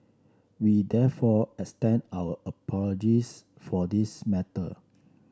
we therefore extend our apologies for this matter